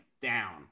down